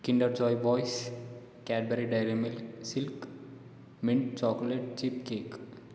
kinder joy boys Cadbury dairy milk silk mint chocolate chip cake